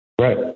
Right